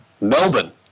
Melbourne